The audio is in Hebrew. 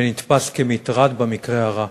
ונתפס כמטרד במקרה הרע.